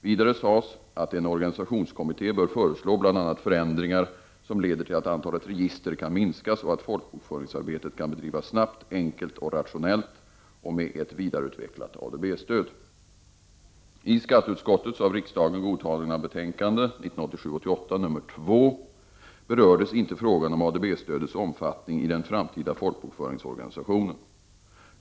Vidare sades att en organisationskommitté bör föreslå bl.a. förändringar som leder till att antalet register kan minskas och att folkbokföringsar betet kan bedrivas snabbt, enkelt och rationellt och med ett vidareutvecklat ADB-stöd. I skatteutskottets betänkande , som också har godtagits av riksdagen, berördes inte frågan om ADB-stödets omfattning i den framtida folkbokföringsorganisationen.